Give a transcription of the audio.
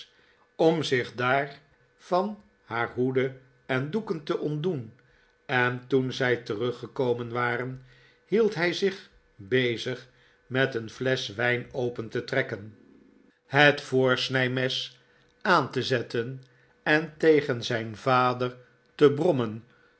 om zich daar van haar hoeden en doeken te ontdoen en toen zij teruggekomen waren hield hij zich bezig met een fie sen wij n open te trekken net voorsnijde oude chuffey mes aan te zetten en tegen zijn vader te brommen